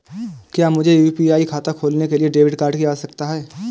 क्या मुझे यू.पी.आई खाता खोलने के लिए डेबिट कार्ड की आवश्यकता है?